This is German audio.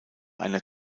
einer